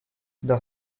the